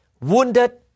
wounded